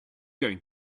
going